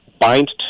bind